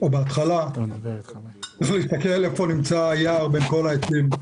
בהתחלה צריך להסתכל איפה נמצא היער בין כל העצים.